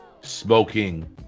smoking